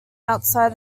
outside